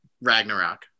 Ragnarok